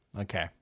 Okay